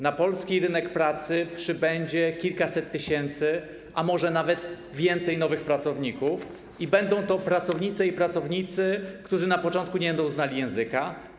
Na polskim rynku pracy przybędzie kilkaset tysięcy, a może nawet więcej nowych pracowników i będą to pracownice i pracownicy, którzy na początku nie będą znali języka.